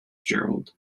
gerald